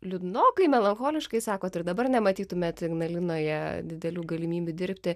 liūdnokai melancholiškai sakot ir dabar nematytumėt ignalinoje didelių galimybių dirbti